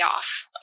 off